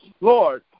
Lord